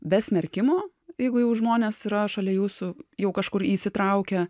be smerkimo jeigu jau žmonės yra šalia jūsų jau kažkur įsitraukę